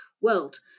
world